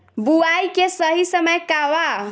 बुआई के सही समय का वा?